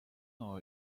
know